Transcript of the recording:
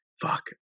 fuck